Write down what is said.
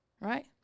right